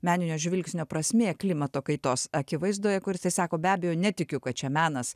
meninio žvilgsnio prasmė klimato kaitos akivaizdoje kur jisai sako be abejo netikiu kad čia menas